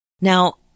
Now